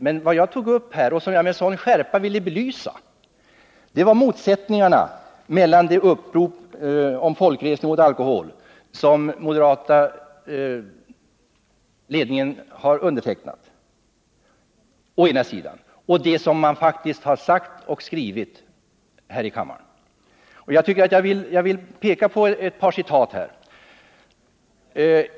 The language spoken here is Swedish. Men vad jag tog upp och med sådan skärpa ville belysa var motsättningen mellan det upprop om folkresning mot alkohol som den moderata ledningen har undertecknat och det som moderaterna faktiskt har sagt och skrivit här i kammaren. Jag vill här peka på ett par citat.